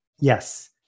Yes